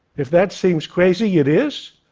if that seems crazy, it is.